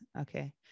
Okay